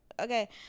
Okay